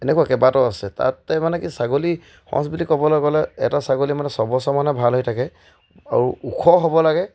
এনেকুৱা কেইবাটাও আছে তাতে মানে কি ছাগলী সঁচ বুলি ক'বলৈ গ'লে এটা ছাগলী মানে ছবছৰ মানে ভাল হৈ থাকে আৰু ওখ হ'ব লাগে